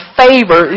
favor